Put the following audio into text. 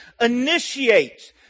initiates